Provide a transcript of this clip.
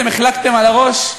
אתם החלקתם על הראש?